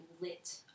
lit